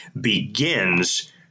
begins